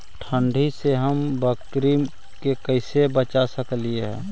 ठंडी से हम बकरी के कैसे बचा सक हिय?